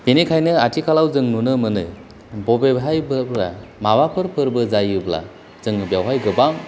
बेनिखायनो आथिखालाव जों नुनो मोनो बबेहायबा माबाफोर फोरबो जायोब्ला जोङो बेवहाय गोबां